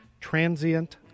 transient